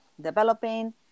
developing